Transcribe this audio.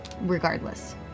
regardless